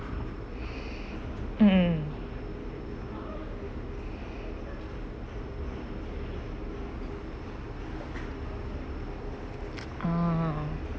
mm uh